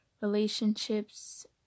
relationships